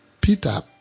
Peter